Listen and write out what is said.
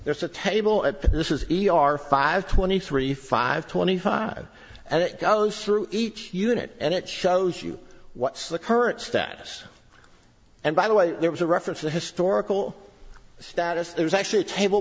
there's a table and this is e r five twenty three five twenty five and it goes through each unit and it shows you what's the current status and by the way there was a reference to historical status there's actually a table